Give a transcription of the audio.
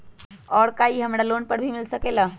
और का इ हमरा लोन पर भी मिल सकेला?